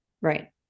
Right